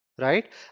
right